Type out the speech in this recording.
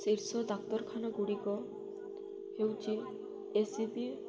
ଶୀର୍ଷ ଡାକ୍ତରଖାନା ଗୁଡ଼ିକ ହେଉଛି ଏ ସି ବି